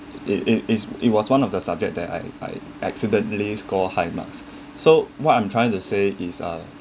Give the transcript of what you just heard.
it it is it was one of the subject that I I accidentally score high marks so what I'm trying to say is uh